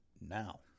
now